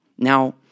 Now